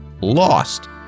lost